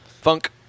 Funk